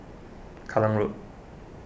Kallang Road